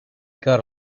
got